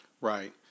Right